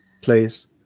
please